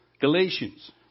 Galatians